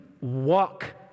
walk